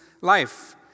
life